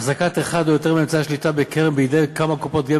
החזקת אחד או יותר מאמצעי השליטה בקרן בידי כמה קופות גמל